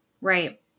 Right